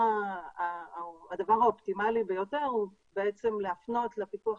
הדבר אופטימלי ביותר הוא להפנות לפיקוח